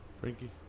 Frankie